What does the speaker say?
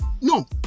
no